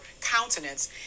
countenance